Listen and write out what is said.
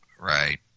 Right